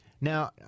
Now